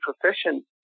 proficient